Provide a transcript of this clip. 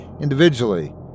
individually